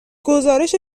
گزارش